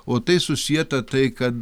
o tai susieta tai kad